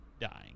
dying